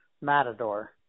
Matador